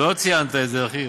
לא ציינת את זה, אחי,